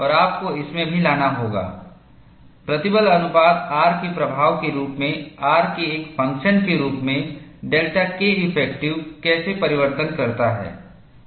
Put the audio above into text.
और आपको इसमें भी लाना होगा प्रतिबल अनुपात R के प्रभाव के रूप में R के एक फंक्शन के रूप में डेल्टा Keffective कैसे परिवर्तन करता है